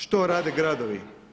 Što rade gradovi?